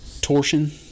torsion